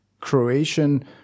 Croatian